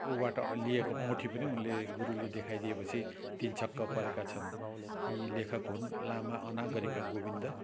उबाट लिएको औँठी पनि उनले गुरुले देखाइदिएपछि तिन छक्क परेका छन् यी लेखक हुन् लामा अनागरिका गोविन्द